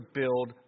build